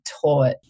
taught